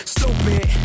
Stupid